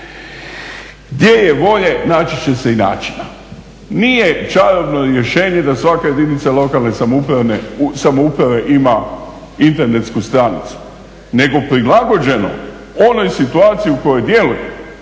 gdje je volje, naći će se i načina. Nije čarobno rješenje da svaka jedinica lokalne samouprave ima internetsku stranicu nego prilagođenu onoj situaciji u kojoj djeluje.